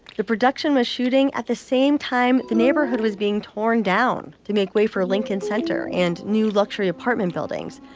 the production was shooting at the same time, the neighborhood was being torn down to make way for lincoln center and new luxury apartment buildings.